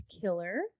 Killer